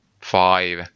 five